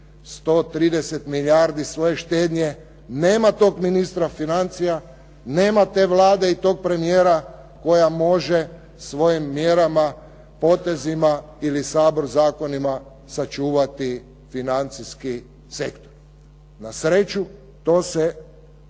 130 milijardi svoje štednje nema tog ministra financija, nema te Vlade i tog premijera koja može svojim mjerama, potezima ili Sabor zakonima sačuvati financijski sektor. Na sreću, to se kod